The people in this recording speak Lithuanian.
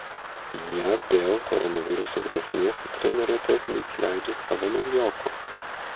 jie dėl koronaviruso grėsmės į treniruotes neįsileidžia savo naujoko